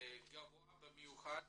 גבוה במיוחד,